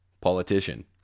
politician